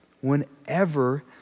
whenever